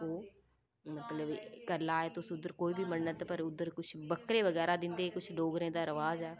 ओह् मतलब करलाह् ऐ तुस उद्धर कोई बी मन्नत पर उद्धर कुछ बक्करे बगैरा दिंदे कुछ डोगरें दा रवाज ऐ